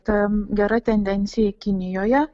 ta gera tendencija kinijoje